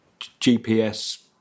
GPS